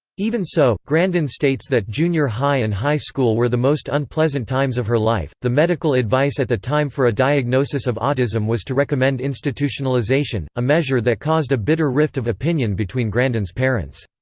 even so, grandin states that junior high and high school were the most unpleasant times of her life the medical advice at the time for a diagnosis of autism was to recommend institutionalization, a measure that caused a bitter rift of opinion between grandin's parents.